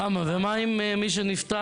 למה, ומה עם מי שנפטר?